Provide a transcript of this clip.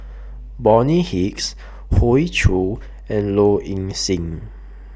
Bonny Hicks Hoey Choo and Low Ing Sing